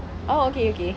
oh okay okay